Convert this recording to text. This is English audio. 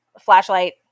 flashlight